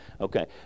Okay